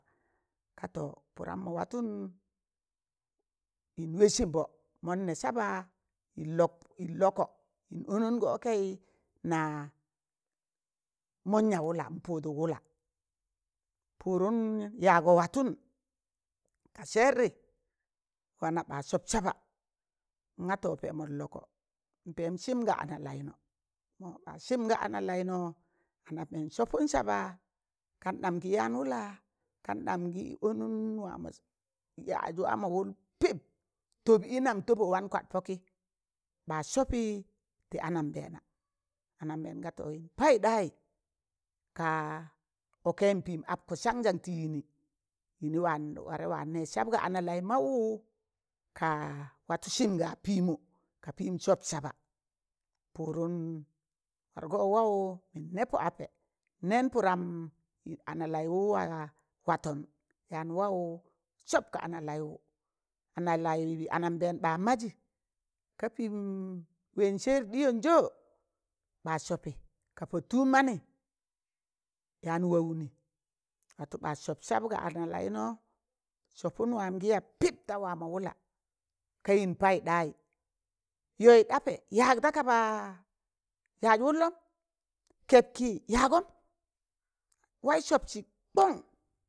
Ka to pụram mọ watụn yịn wẹẹ sịmbọ mọn nẹ saba yịn lọk yịn lọka yịn ọndụngọ ọkẹị na, mọn ya wụla n pụụdụk wụla, pụụdụm yaagọ watọn, ga sẹẹrị wana ɓa sọp saba nga ɓa pẹmọ n lọkọ, n pẹẹm sịmga ana laịno, mọ ɓa sịm ga ana laịnọ, anambẹẹn sopụn saba kandam gị yaan wụla, kandam gị ọnụm wa mọ yas wa mọ wụl pịp, tọb i nam tọbọ wan kwad pọkị ba sọpị tị anambẹẹn ga to yịn payụkɗayị, kaa ọkẹyim pịịm ọpkọ sannjann tị yịnị, yịnị wọ yịnị wa nẹz sab ga ana laịmaụwụ ka watụ sịmga pịịmọ ka pịịm sọp saba, pụụrụm wargo wawụ, mịn nẹ pọ apẹ nẹẹn pụdam ana laị wụ waton ana laị wu anambẹẹn ba mazị ka pịịm wẹẹn sẹr ɗịyan zọ? ɓa sọpị ka pọ tụụb manị, yaan waụnị watụ ba sọp sab ga ana laịnọ, sọpụn wam gị ya pịp ta wama wụla, kayịn payụk ɗayị, yọyụg apẹ yaag da kaba yaaz wụllọm, kẹb kị yaagọm, waị sọpsị kọn.